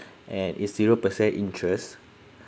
and is zero percent interest